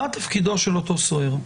מה תפקידו של אותו סוהר?